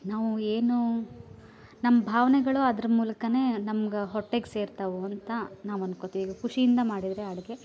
ನಾವು ಏನು ನಮ್ಮ ಭಾವನೆಗಳು ಅದ್ರ ಮೂಲಕನೇ ನಮ್ಗ ಹೊಟ್ಟೆಗೆ ಸೇರ್ತವೆ ಅಂತ ನಾವು ಅನ್ಕೊತೀವಿ ಈಗ ಖುಷಿಯಿಂದ ಮಾಡಿದರೆ ಅಡುಗೆ